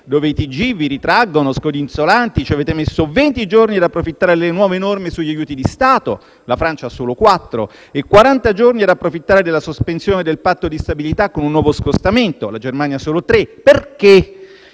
dove i TG vi ritraggono scodinzolanti, ci avete messo venti giorni ad approfittare delle nuove norme sugli aiuti di Stato (la Francia solo quattro) e quaranta giorni ad approfittare della sospensione del Patto di stabilità con un nuovo scostamento (la Germania solo tre)? Perché?